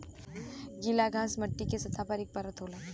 गीला घास मट्टी के सतह पर एक परत होला